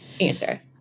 Answer